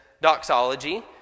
doxology